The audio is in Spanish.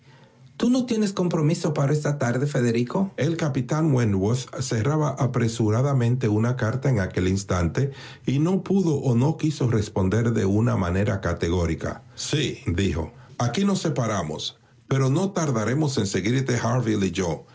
tú no tienes compromiso para esta arde federico el capitán wentworth cerraba apresuradamente una carta en aquel instante y no pudo o no quiso responder de una manera categórica sídijo aquí nos separamos pero no tardaremos en seguirte harville y yo